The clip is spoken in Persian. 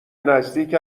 نزدیک